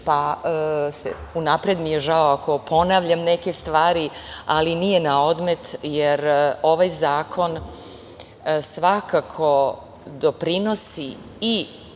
mi je unapred žao ako ponavljam neke stvari, ali nije na odmet jer ovaj zakon svakako doprinosi i